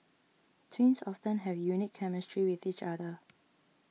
twins often have unique chemistry with each other